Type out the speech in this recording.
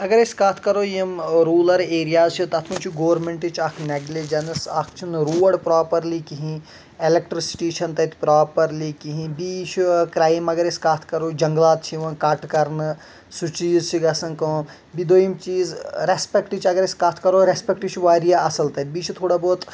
اگر أسۍ کَتھ کَرو یِم روٗلَر ایریاز چھِ تَتھ منٛز چھٕ گورمٮ۪نٛٹٕچ اَکھ نیگلِجٮ۪نٕس اَکھ چھِ نہٕ روڈ پرٛاپَرلی کِہیٖنۍ ایلیکٹِرٛیسِٹی چھنہٕ تَتہِ پرٛاپَرلی کِہیٖنۍ بییہ چھُ کرٛایِم اگر أسۍ کَرو جَنٛگلات چھِ یِوان کَٹ کَرنہٕ سُہ چیٖز چھِ گَژَھان کٲم بییہ دوٚیِم چیٖز رٮ۪سپٮ۪کٹٕچ اگر أسۍ کَتھ کَرو رٮ۪سپٮ۪کٹ چھُ واریاہ اَصٕل تَتہِ بییہ چھُ تھوڑا بہت